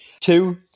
Two